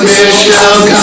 Michelle